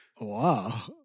Wow